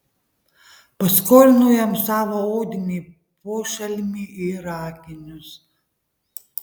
paskolinau jam savo odinį pošalmį ir akinius